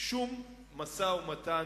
שום משא-ומתן,